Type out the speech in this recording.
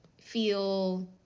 feel